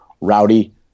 rowdy